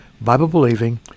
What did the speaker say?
Bible-believing